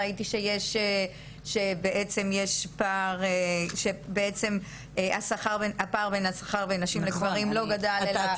ראיתי שבעצם הפער בשכר בין נשים לגברים לא גדל אלא --- את